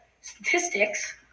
statistics